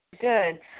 Good